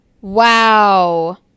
Wow